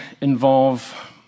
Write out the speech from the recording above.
involve